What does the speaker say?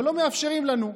אבל לא מאפשרים לנו,